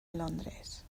londres